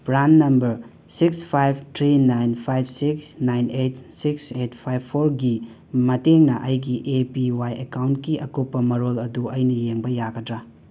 PRAN number six five three nine five six nine eight six eight five ꯐꯣꯔꯒꯤ ꯃꯇꯦꯡꯅ ꯑꯩꯒꯤ A P Y ꯑꯦꯀꯥꯎꯟꯀꯤ ꯑꯀꯨꯞꯄ ꯃꯔꯣꯜ ꯑꯗꯨ ꯑꯩꯅ ꯌꯦꯡꯕ ꯌꯥꯒꯗꯔꯥ